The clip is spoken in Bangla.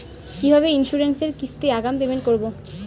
কিভাবে ইন্সুরেন্স এর কিস্তি আগাম পেমেন্ট করবো?